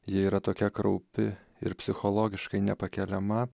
ji yra tokia kraupi ir psichologiškai nepakeliama